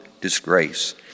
disgrace